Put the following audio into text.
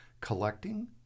collecting